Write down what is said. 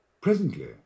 Presently